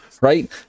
right